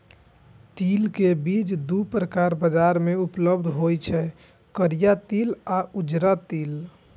तिल के बीज दू प्रकारक बाजार मे उपलब्ध होइ छै, करिया तिल आ उजरा तिल